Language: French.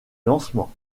lancement